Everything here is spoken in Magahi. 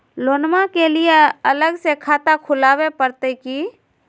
लोनमा के लिए अलग से खाता खुवाबे प्रतय की?